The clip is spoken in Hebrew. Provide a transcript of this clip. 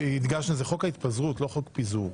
הדגשנו שזה חוק ההתפזרות, לא חוק פיזור.